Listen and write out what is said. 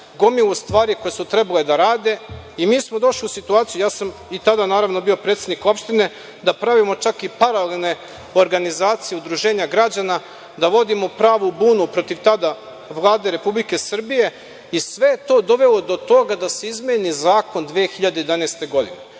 gomilu stvari koje su trebale da rade i mi smo došli u situaciju, i tada sam bio predsednik opštine, da pravimo čak i paralelne organizacije, udruženja građana, da vodimo pravu bunu protiv tada Vlade Republike Srbije i sve to je dovelo do toga da se izmeni zakon 2011. godine.